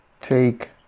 take